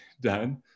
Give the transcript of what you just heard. done